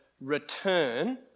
return